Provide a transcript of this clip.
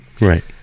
Right